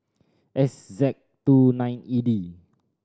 S Z two nine E D